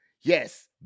Yes